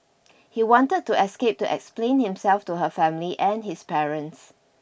he wanted to escape to explain himself to her family and his parents